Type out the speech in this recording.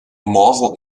morsel